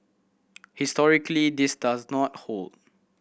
historically this does not hold